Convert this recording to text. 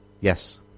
Yes